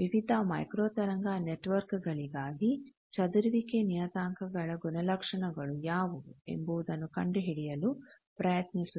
ವಿವಿಧ ಮೈಕ್ರೋ ತರಂಗ ನೆಟ್ವರ್ಕ್ಗಳಿಗಾಗಿ ಚದುರುವಿಕೆ ನಿಯತಾಂಕಗಳ ಗುಣಲಕ್ಷಣಗಳು ಯಾವುವು ಎಂಬುದನ್ನೂ ಕಂಡುಹಿಡಿಯಲು ಪ್ರಯತ್ನಿಸುತ್ತೇವೆ